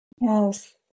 Yes